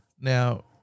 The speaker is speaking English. Now